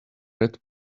red